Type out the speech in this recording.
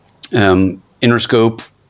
Interscope